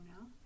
now